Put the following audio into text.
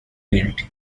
rebuilt